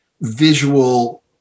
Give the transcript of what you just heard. visual